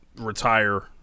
retire